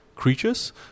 creatures